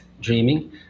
dreaming